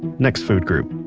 next food group,